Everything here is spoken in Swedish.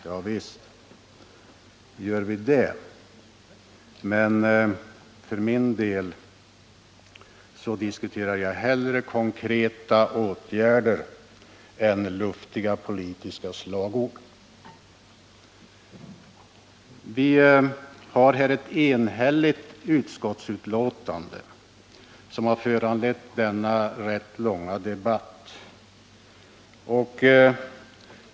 Ja, visst gör vi det, men för min del diskuterar jag hellre konkreta åtgärder än luftiga politiska slagord. Vi har ett enhälligt utskottsbetänkande, som har föranlett en rätt lång debatt.